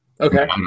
Okay